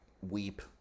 weep